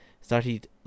started